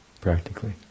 practically